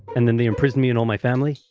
and then they imprison me and all my family?